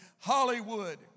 Hollywood